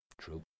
true